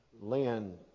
Lynn